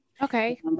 Okay